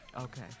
Okay